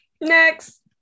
Next